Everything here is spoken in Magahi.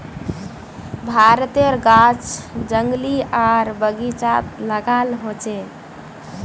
भारतेर गाछ जंगली आर बगिचात लगाल होचे